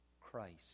Christ